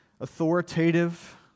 authoritative